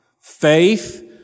Faith